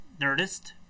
Nerdist